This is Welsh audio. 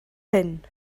hyn